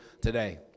today